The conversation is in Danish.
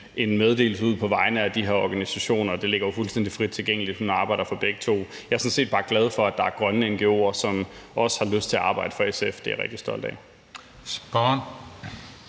en meddelelse ud på vegne af de her organisationer, og det ligger jo fuldstændig frit tilgængeligt, at hun arbejder for begge to. Jeg er sådan set bare glad for, at der er grønne ngo'er, som også har lyst til at arbejde for SF, og det er jeg rigtig stolt af.